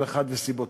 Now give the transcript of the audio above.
כל אחד וסיבותיו,